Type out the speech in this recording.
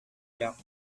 jack